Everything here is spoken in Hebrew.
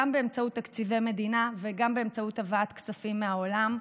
גם באמצעות תקציבי מדינה וגם באמצעות הבאת כספים מהעולם,